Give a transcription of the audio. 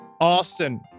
austin